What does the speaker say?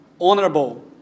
honorable